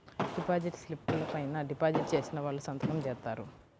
deposit స్లిపుల పైన deposit చేసిన వాళ్ళు సంతకం జేత్తారు